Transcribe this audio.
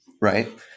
right